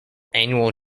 annual